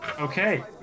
Okay